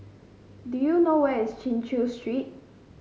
do you know where is Chin Chew Street